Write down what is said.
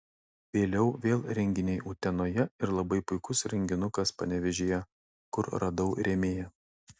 vėliau vėl renginiai utenoje ir labai puikus renginukas panevėžyje kur radau rėmėją